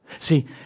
See